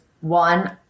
one